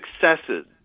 successes